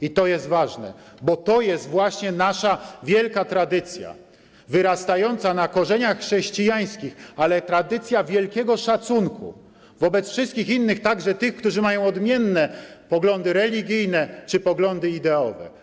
I to jest ważne, bo to jest właśnie nasza wielka tradycja wyrastająca na korzeniach chrześcijańskich, ale tradycja wielkiego szacunku wobec wszystkich innych, także tych, którzy mają odmienne poglądy religijne czy poglądy ideowe.